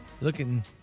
Looking